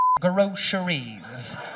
groceries